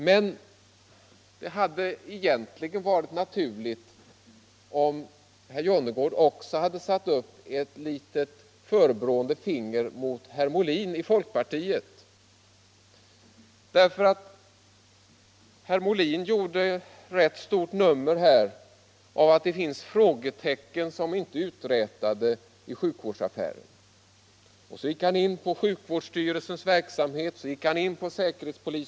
Men det hade varit i sin ordning om herr Jonnergård hade riktat sitt förebrående finger även mot herr Molin i folkpartiet. Herr Molin ville nämligen göra stort nummer av att det i sjukvårdsaffären skulle finnas frågetecken som inte är uträtade.